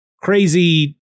crazy